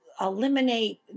eliminate